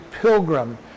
pilgrim